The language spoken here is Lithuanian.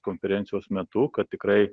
konferencijos metu kad tikrai